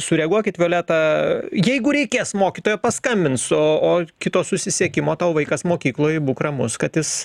sureaguokit violeta jeigu reikės mokytoja paskambins o o kitos susisiekimo tavo vaikas mokykloj būk ramus kad jis